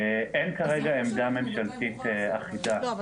אין כרגע עמדה ממשלתית אחידה לעניין הזה.